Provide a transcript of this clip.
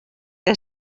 que